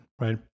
right